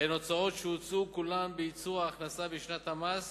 הן הוצאות שהוצאו כולן בייצור ההכנסה בשנת המס